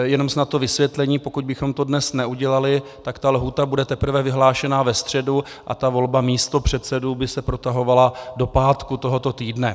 Jenom snad vysvětlení pokud bychom to dneska neudělali, tak ta lhůta bude teprve vyhlášena ve středu a volba místopředsedů by se protahovala do pátku tohoto týdne.